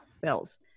Bills